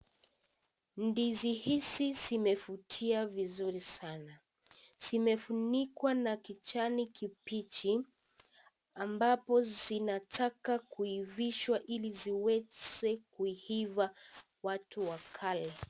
Ndizi hizi zimevutia vizuri sana. Zimefunikwa na kijani kibichi ambapo zinataka kuivishwa ili ziweze kuiva ili watu wakale.